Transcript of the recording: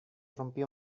rompió